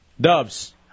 Dubs